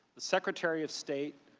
the secretary of state,